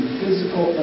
physical